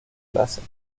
clases